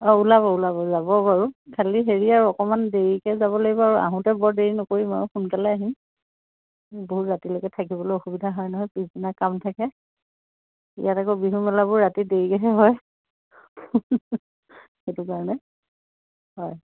অঁ ওলাব ওলাব যাব বাৰু খালী হেৰি আৰু অকণমান দেৰিকৈ যাব লাগিব আৰু আহোতে বৰ দেৰি নকৰিম আৰু সোনকালে আহিম বহুত ৰাতিলৈকে থাকিবলৈ অসুবিধা হয় নহয় পিছদিনা কাম থাকে ইয়াত আকৌ বিহুমেলাবোৰ ৰাতি দেৰিকৈহে হয় সেইটো কাৰণে হয়